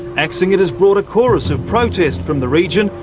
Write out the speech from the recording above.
axing it has brought a chorus of protest from the region,